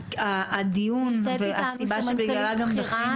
נמצאת איתנו סמנכ"לית בכירה,